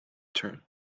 turn